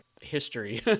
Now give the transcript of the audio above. history